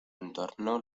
entornó